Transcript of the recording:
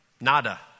Nada